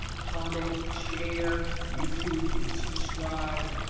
comment, share, youtube you can subscribe,